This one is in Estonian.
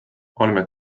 oleme